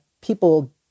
people